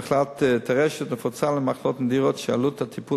למחלת טרשת נפוצה ולמחלות נדירות שעלות הטיפול